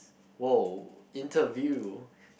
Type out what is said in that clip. !woah! interview